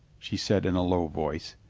she said in a low voice.